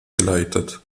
geleitet